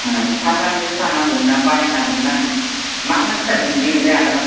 थारमाने जुथा नांगौमोन ना बायनो नागेरदोंमोन आं मा मा जुथा मोनगोन ओमफ्राय आदानाव